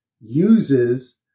uses